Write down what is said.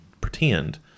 pretend